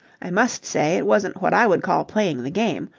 i must say it wasn't what i would call playing the game.